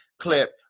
clip